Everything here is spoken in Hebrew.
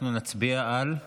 אנחנו נצביע על,